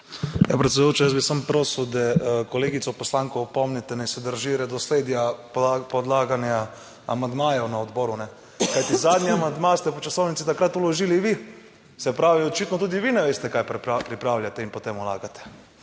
Ja, predsedujoča, jaz bi samo prosil, da kolegico poslanko opomnite, naj se drži redosledja pa odlaganja amandmajev na odboru, kajti zadnji amandma ste po časovnici takrat vložili vi, se pravi, očitno tudi vi ne veste kaj pripravljate in potem vlagate.